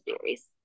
series